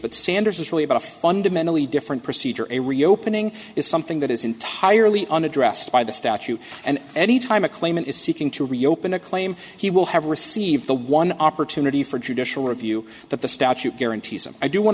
but sanders is really about a fundamentally different procedure a reopening is something that is entirely unaddressed by the statute and any time a claimant is seeking to reopen a claim he will have received the one opportunity for judicial review that the statute guarantees and i do want